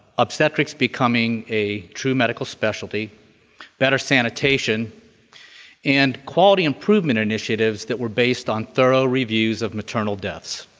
obstetrics becoming a true medical specialty better sanitation and quality improvement initiatives that were based on thorough reviews of maternal deaths.